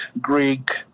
Greek